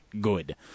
good